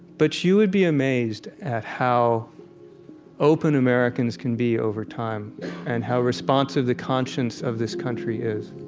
but you would be amazed at how open americans can be over time and how responsive the conscience of this country is